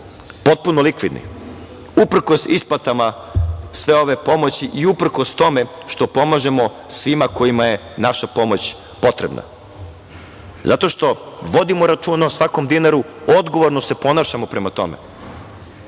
Potpuno likvidni uprkos isplatama sve ove pomoći i uprkos tome što pomažemo svima kojima je naša pomoć potrebna, zato što vodimo računa o svakom dinaru, odgovorno se ponašamo prema